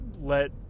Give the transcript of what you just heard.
let